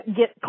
get